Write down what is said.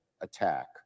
attack